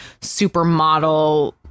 supermodel